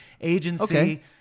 Agency